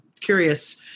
Curious